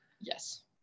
yes